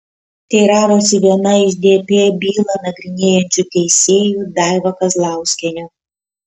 teiravosi viena iš dp bylą nagrinėjančių teisėjų daiva kazlauskienė